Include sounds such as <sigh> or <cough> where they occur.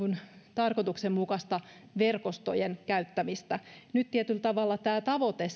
tarkoituksenmukaista verkostojen käyttämistä nyt tietyllä tavalla tämä tavoite <unintelligible>